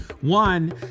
One